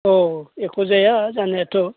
अह एख' जाया जानायाथ'